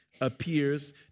appears